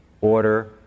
order